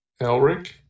Elric